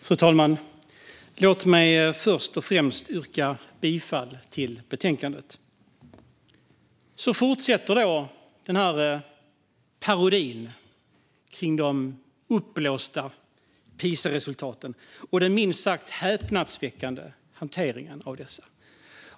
Fru talman! Låt mig först och främst yrka bifall till förslaget i betänkandet. Så fortsätter då parodin kring de uppblåsta PISA-resultaten och den minst sagt häpnadsväckande hanteringen av dessa.